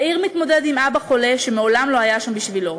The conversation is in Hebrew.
יאיר מתמודד עם אבא חולה שמעולם לא היה שם בשבילו.